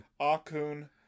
Akun